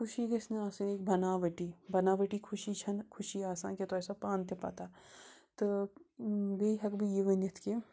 خوشی گژھِ نہٕ آسٕنۍ یہِ بَناؤٹی بَناؤٹی خوشی چھَنہٕ خوشی آسان کیٚنٛہہ تۄہہِ آسوٕ پانہٕ تہِ پَتَہ تہٕ بیٚیہِ ہٮ۪کہٕ بہٕ یہِ ؤنِتھ کہِ